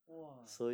!wah!